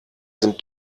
sind